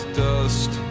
dust